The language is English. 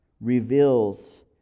reveals